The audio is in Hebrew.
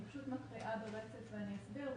אני פשוט מקריאה ברצף ואני אסביר.